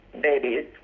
babies